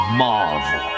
marvel